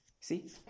See